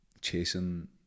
chasing